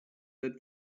that